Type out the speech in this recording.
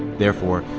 therefore,